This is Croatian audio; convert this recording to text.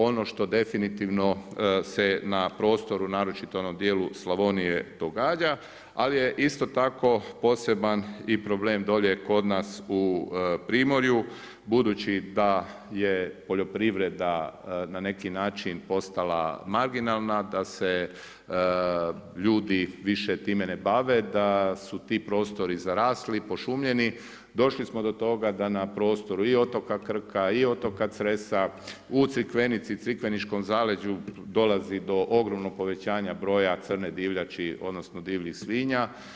Ono što definitivno se na prostoru, naročito na dijelu Slavnije događa, ali je isto tako poseban i problem dolje kod nas u primorju, budući da je poljoprivreda na neki način postala marginalna, da se ljudi više time ne bave, da su ti prostori zarasli, pošumljeni, došli smo do toga da na prostoru i otoka Krka i otoka Cresa u Crikvenici, Crikveničkom zaleđu dolazi do ogromnog povećanja broja crne divljači, odnosno divljih svinja.